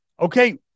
okay